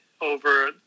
over